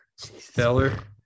feller